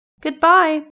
Goodbye